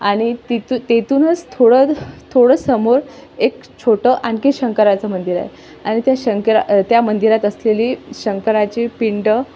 आणि तितू तेथूनच थोडं थोडंसमोर एक छोटं आणखी शंकराचं मंदिर आहे आणि त्या शंकरा त्या मंदिरात असलेली शंकराची पिंड